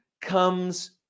comes